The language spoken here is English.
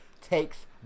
takes